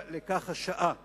הגיעה השעה לכך.